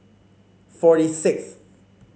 forty sixth